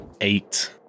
Eight